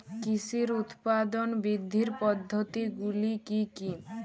কৃষির উৎপাদন বৃদ্ধির পদ্ধতিগুলি কী কী?